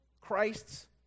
Christ's